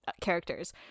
characters